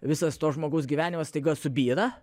visas to žmogaus gyvenimas staiga subyra